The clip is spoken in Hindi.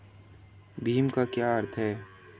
भीम का क्या अर्थ है?